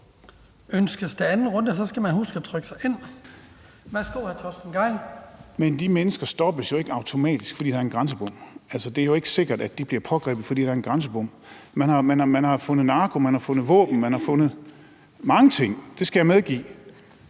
Ønskes der en anden kort bemærkning? Så skal man huske at trykke sig ind. Værsgo, hr. Torsten Gejl. Kl. 17:33 Torsten Gejl (ALT): Men de mennesker stoppes jo ikke automatisk, fordi der er en grænsebom. Altså, det er ikke sikkert, at de bliver pågrebet, fordi der er en grænsebom. Man har fundet narko, man har fundet våben, man har fundet mange ting. Det skal jeg medgive.